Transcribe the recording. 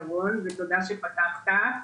ירון ותודה שפתחת,